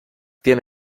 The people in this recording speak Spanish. tiene